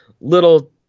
little